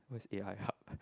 what is A_I hub